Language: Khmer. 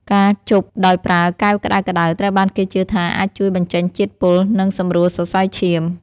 ការជប់ដោយប្រើកែវក្តៅៗ ត្រូវបានគេជឿថាអាចជួយបញ្ចេញជាតិពុល និងសម្រួលសរសៃឈាម។